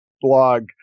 blog